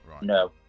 No